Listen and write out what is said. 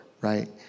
right